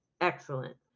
excellent